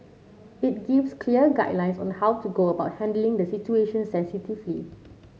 it gives clear guidelines on how to go about handling the situation sensitively